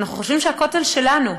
ואנחנו חושבים שהכותל הוא שלנו,